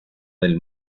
del